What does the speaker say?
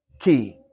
key